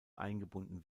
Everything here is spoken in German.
eingebunden